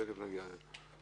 תיכף נגיע לזה.